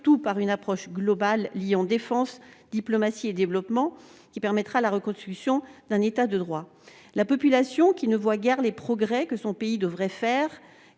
surtout par une approche globale liant défense, diplomatie et développement, qui permettra la reconstitution d'un État de droit. La population, qui ne voit guère les progrès que son pays devrait faire